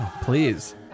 Please